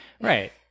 right